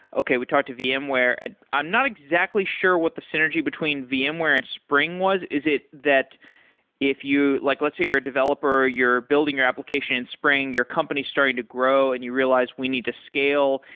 okay, we talked to vmware. and i'm not exactly sure what the synergy between vmware and spring was. is it that if you like let's say you're a developer, you're building your application in spring. your company is starting to grow and you realize we need to scale.